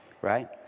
Right